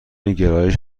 گرایش